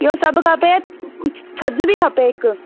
इहो सभु खपे छॼ बि खपे हिक